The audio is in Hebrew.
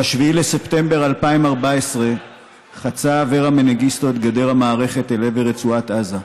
ב-7 בספטמבר 2014 חצה אברה מנגיסטו את גדר המערכת אל עבר רצועת עזה.